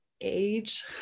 age